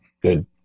Good